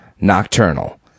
nocturnal